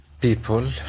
people